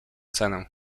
cenę